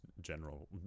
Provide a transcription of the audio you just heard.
general